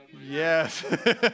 Yes